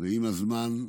עם הזמן,